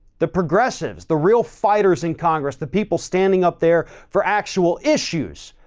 the progressive's, the real fighters in congress, the people standing up there for actual issues,